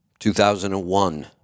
2001